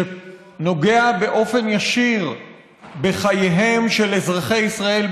שנוגע באופן ישיר לחייהם של אזרחי ישראל,